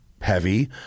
heavy